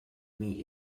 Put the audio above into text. meat